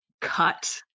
cut